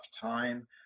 time